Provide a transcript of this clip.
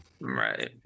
Right